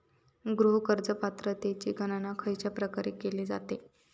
गृह कर्ज पात्रतेची गणना खयच्या प्रकारे केली जाते?